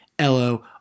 LO